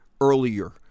earlier